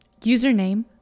username